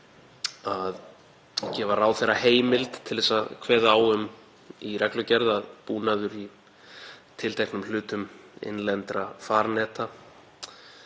að gefa ráðherra heimild til að kveða á um það í reglugerð að búnaður í tilteknum hlutum innlendra farneta